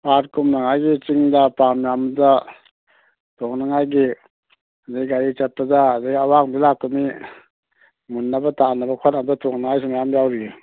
ꯄꯥꯠ ꯀꯨꯝꯅꯉꯥꯏꯒꯤ ꯆꯤꯡꯗ ꯄꯥꯝ ꯌꯥꯟꯕꯗ ꯇꯣꯡꯅꯉꯥꯏꯒꯤ ꯑꯗꯩ ꯒꯥꯔꯤ ꯆꯠꯄꯗ ꯑꯗꯩ ꯑꯋꯥꯡꯕ ꯂꯥꯛꯄ ꯃꯤ ꯃꯨꯟꯅꯕ ꯇꯥꯟꯅꯕ ꯈꯣꯠꯅꯕ ꯇꯣꯡꯅꯉꯥꯏꯁꯨ ꯃꯌꯥꯝ ꯌꯥꯎꯔꯤꯌꯦ